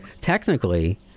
technically